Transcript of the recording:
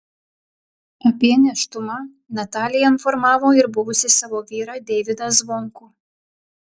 apie nėštumą natalija informavo ir buvusį savo vyrą deivydą zvonkų